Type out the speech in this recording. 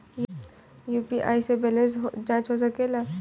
UPI से balance जाँच हो सके ला?